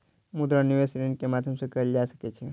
मुद्रा निवेश ऋण के माध्यम से कएल जा सकै छै